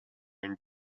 and